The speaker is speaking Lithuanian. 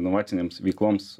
inovacinėms veikloms